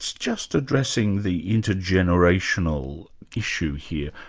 just addressing the intergenerational issue here.